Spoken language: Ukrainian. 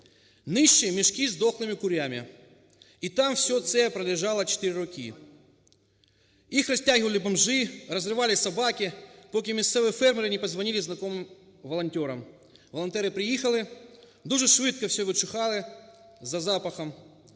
– мішки з дохлими курми. І там все це пролежало 4 роки, їх розтягувалибомжі, розривали собаки, поки місцеві фермери не подзвонили знайомим волонтерам. Волонтери приїхали, дуже швидко все відшукали за запахом,